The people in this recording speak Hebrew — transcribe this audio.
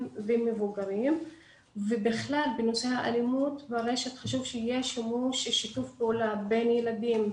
ומבוגרים ובכלל בנושא האלימות ברשת חשוב שיהיה שיתוף פעולה בין ילדים,